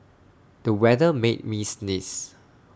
the weather made me sneeze